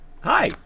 hi